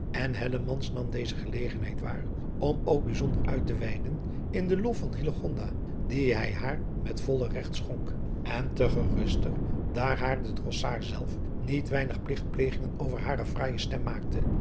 en hellemans nam deze gelegenheid waar adriaan loosjes pzn het leven van hillegonda buisman om ook bijzonder uit te weiden in den lof van hillegonda dien hij haar met vollen regt schonk en te geruster daar haar de drossaard zelf niet weinige pligtplegingen over hare fraaije stem maakte